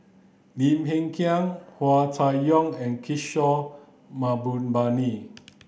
Lim Hng Kiang Hua Chai Yong and Kishore Mahbubani